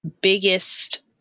biggest